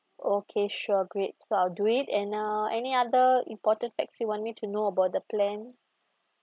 okay sure great so I'll do it and uh any other important facts you want me to know about the plan